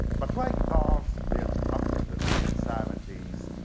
but, why guitars built after the nineteen seventy s,